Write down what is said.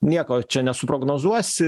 nieko čia nesuprognozuosi